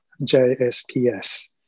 JSPS